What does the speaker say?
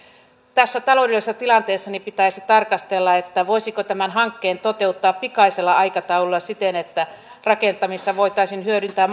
tässä taloudellisessa tilanteessa pitäisi tarkastella voisiko tämän hankkeen toteuttaa pikaisella aikataululla siten että rakentamisessa voitaisiin hyödyntää